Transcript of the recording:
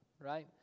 right